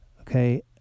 Okay